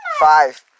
Five